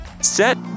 set